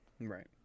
right